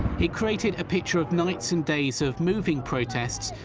it created a picture of nights and days of moving protest,